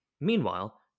Meanwhile